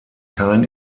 kein